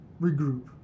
regroup